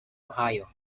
ohio